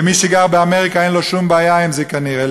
ומי שגר באמריקה אין לו שום בעיה עם זה כנראה.